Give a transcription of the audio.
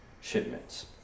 shipments